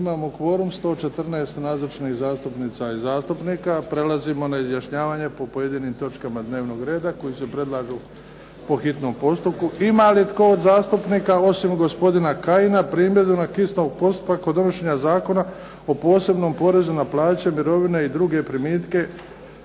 Imamo kvorum, 114 nazočnih zastupnica i zastupnika. Prelazimo na izjašnjavanje po pojedinim točkama dnevnog reda koje se predlažu po hitnom postupku. Ima li tko od zastupnika osim gospodina Kajina primjedbu na hitnost postupka kod donošenja Zakona o posebnom porezu na plaće, mirovine i druge primitke,